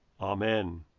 Amen